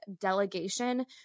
delegation